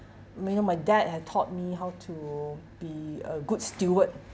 you know my dad had taught me how to be a good steward